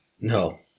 no